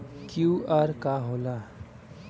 QR का होला?